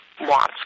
Wants